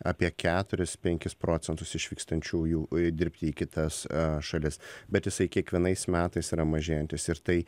apie keturis penkis procentus išvykstančiųjų dirbti į kitas šalis bet jisai kiekvienais metais yra mažėjantis ir tai